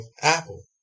Apple